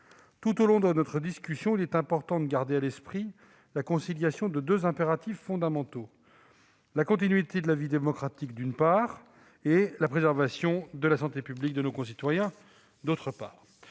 Tout au long de notre discussion, il sera important de garder à l'esprit que nous devons concilier deux impératifs fondamentaux : la continuité de la vie démocratique, d'une part, et la préservation de la santé publique de nos concitoyens, d'autre part.